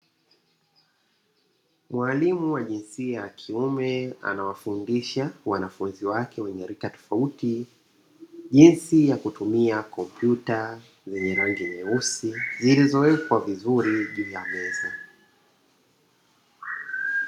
Mwalimu wajinsia ya kiume anawafundisha wanafunzi wake wenye rika tofautitofauti jinsi yakutumi kompyuta yenye rangi nyeusi iliyo wekwa vizuri juu ya meza.